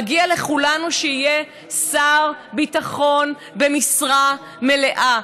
מגיע לכולנו שיהיה שר ביטחון במשרה מלאה.